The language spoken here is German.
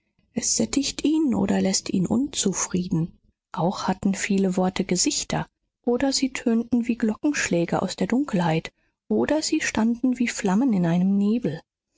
es sättigt ihn oder läßt ihn unzufrieden auch hatten viele worte gesichter oder sie tönten wie glockenschläge aus der dunkelheit oder sie standen wie flammen in einem nebel